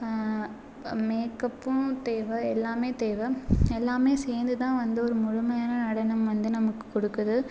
மேக்அப்பும் தேவை எல்லாமே தேவை எல்லாமே சேர்ந்து தான் வந்து ஒரு முழுமையான நடனம் வந்து நமக்கு கொடுக்குது